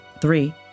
Three